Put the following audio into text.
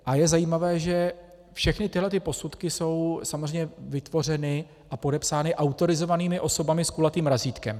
A je zajímavé, že všechny tyhle posudky jsou samozřejmě vytvořeny a podepsány autorizovanými osobami s kulatým razítkem.